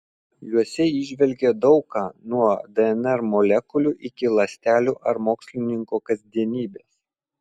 juose įžvelgė daug ką nuo dnr molekulių iki ląstelių ar mokslininko kasdienybės